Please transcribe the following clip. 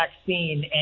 vaccine